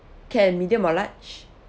can medium or large